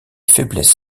faiblesses